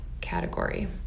category